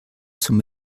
zum